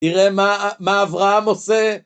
תראה מה אברהם עושה